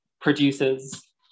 produces